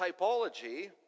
typology